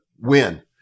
win